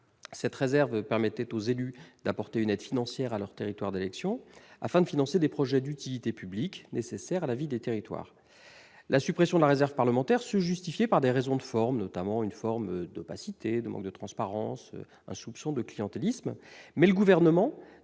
Celle-ci permettait aux élus d'apporter une aide financière à leur territoire d'élection afin de financer des projets d'utilité publique, nécessaires à la vie des territoires. La suppression de la réserve parlementaire se justifiait par des raisons de forme, notamment l'opacité, le manque de transparence, le soupçon de clientélisme. Toutefois, le Gouvernement